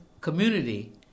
community